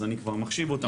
אז אני כבר מחשיב אותם,